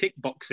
kickboxing